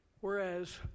Whereas